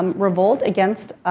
um revolt against,